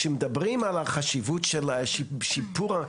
כשמדברים על החשיבות של השיפור,